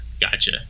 gotcha